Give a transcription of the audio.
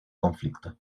conflicto